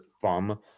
thumb